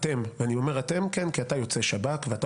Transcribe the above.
ואני אומר "אתם" כי אתה יוצא שב"כ ואתה